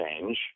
change